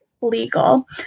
legal